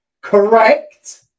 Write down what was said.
Correct